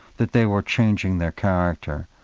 that they were changing their character.